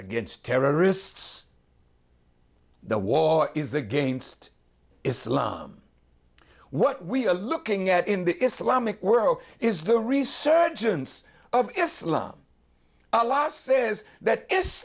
against terrorists the war is against islam what we are looking at in the islamic world is the resurgence of islam a law says that i